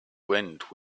went